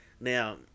Now